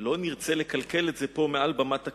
נרצה לקלקל אותו פה מעל במת הכנסת.